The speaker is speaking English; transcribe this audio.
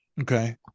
Okay